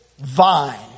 vine